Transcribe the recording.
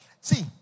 see